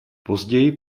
později